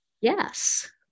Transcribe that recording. Yes